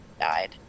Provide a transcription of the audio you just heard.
died